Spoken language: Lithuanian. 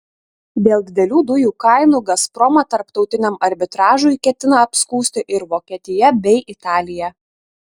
dėl didelių dujų kainų gazpromą tarptautiniam arbitražui ketina apskųsti ir vokietija bei italija